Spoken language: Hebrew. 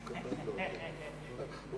תן ציון לנאומו של חבר הכנסת בן-ארי.